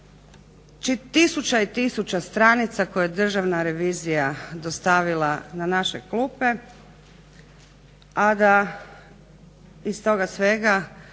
tisuća i tisuća stranica koje je Državna revizija dostavila na naše klupe a da iz toga svega